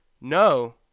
No